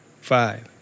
five